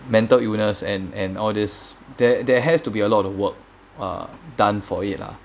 mental illness and and all this there there has to be a lot of work uh done for it lah